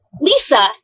Lisa